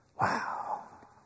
Wow